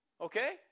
Okay